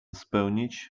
spełnić